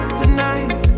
tonight